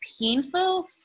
painful